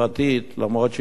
גם אם היא מאוד צודקת,